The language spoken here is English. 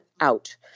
out